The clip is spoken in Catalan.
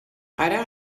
ara